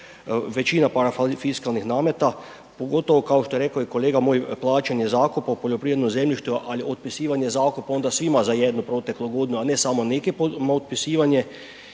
većina parafiskalnih nameta pogotovo kao što je rekao i kolega, moje plaćanje zakupa u poljoprivrednom zemljištu ali otpisivanje zakupa onda svima za jednu proteklu godinu a ne samo nekima otpisivanje